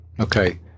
Okay